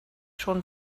schon